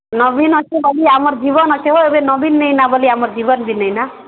ନବୀନ ଅଛି ବୋଲି ଆମର୍ ଜୀବନ୍ ଅଛି ହୋ ସେ ନବୀନ ନେଇ ନା ବୋଲି ଆମର୍ ଜୀବନ୍ ବି ନେଇ ନା